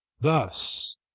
thus